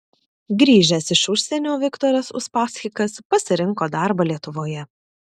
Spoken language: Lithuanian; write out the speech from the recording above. grįžęs iš užsienio viktoras uspaskichas pasirinko darbą lietuvoje